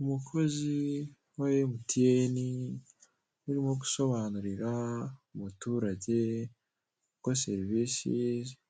Umukozi wa emutiyeni urimo gusobanurira umuturage, uko serivisi